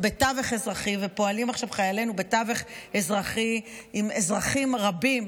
פועלים עכשיו חיילינו בתווך אזרחי עם אזרחים רבים,